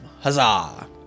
huzzah